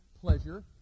pleasure